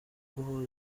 guhuza